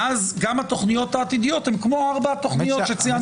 ואז גם התוכניות העתידיות הן כמו ארבע התוכניות שציינתם עכשיו.